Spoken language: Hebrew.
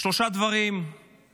שלושה דברים שהמדינה,